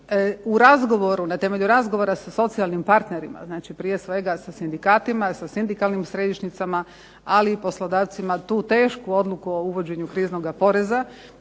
u razgovoru, na temelju razgovora sa socijalnim partnerima, znači prije svega sa sindikatima, sa sindikalnim središnjicama, ali i poslodavcima tu tešku odluku o uvođenju kriznog poreza